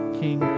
king